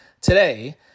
today